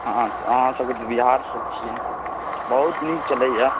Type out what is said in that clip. हँ तऽ अहाँ सबके बिहारसँ छिए बहुत नीक चलैए